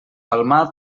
palmar